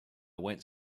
went